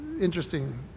interesting